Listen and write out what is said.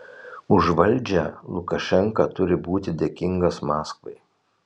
už valdžią lukašenka turi būti dėkingas maskvai